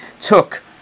took